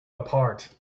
apart